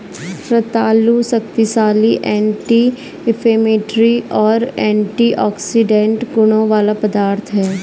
रतालू शक्तिशाली anti inflammatory और एंटीऑक्सीडेंट गुणों वाला पदार्थ है